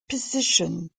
position